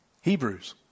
Hebrews